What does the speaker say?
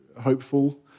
hopeful